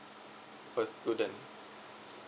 per student